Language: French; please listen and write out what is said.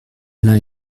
l’un